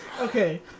Okay